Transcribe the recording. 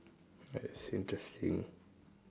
that's interesting